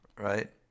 right